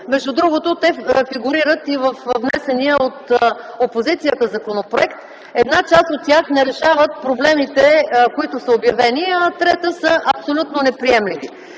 Между другото, те фигурират и във внесения от опозицията законопроект. Част от тях не решават проблемите, които са обявени, а трета част са абсолютно неприемливи.